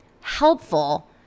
helpful